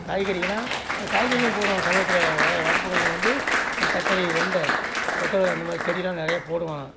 காய்கறிகள்னால் அந்த காய்கறியும் போடுவோம் சமயத்தில் வ வரப்புகளில் வந்து இந்த கத்திரி வெண்டை கொத்தவரை அந்த மாதிரி செடியெலாம் நிறையா போடுவேன் நான்